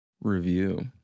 Review